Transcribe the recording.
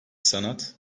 sanat